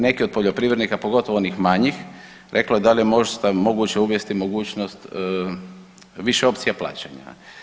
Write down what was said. Neki od poljoprivrednika, pogotovo onih manjih, reklo je da li je možda moguće uvesti mogućnost više opcija plaćanja.